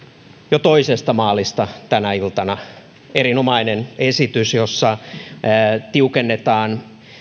jo toisesta maalista tänä iltana erinomainen esitys jossa tiukennetaan